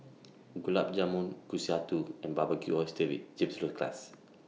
Gulab Jamun Kushikatsu and Barbecued Oysters with Chipotle Glaze